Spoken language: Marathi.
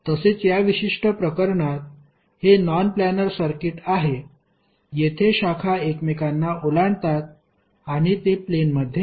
तसेच या विशिष्ट प्रकरणात हे नॉन प्लानर सर्किट आहे येथे शाखा एकमेकांना ओलांडतात आणि ते प्लेनमध्ये नाही